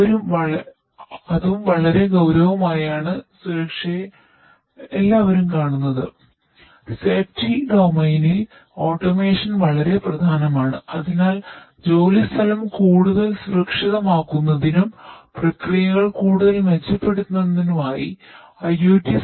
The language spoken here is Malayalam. അവരും വളരെ ഗൌരവമായാണ് സുരക്ഷയെ കാണുന്നതെന്ന് എനിക്ക് ഉറപ്പുണ്ട്